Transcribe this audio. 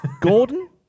Gordon